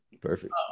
Perfect